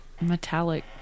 Metallic